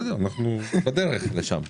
בסדר, אנחנו בדרך לשם.